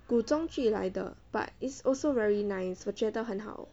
古装剧来的 but it's also very nice 我觉得很好